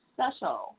Special